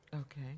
Okay